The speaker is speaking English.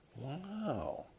Wow